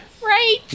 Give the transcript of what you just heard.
Right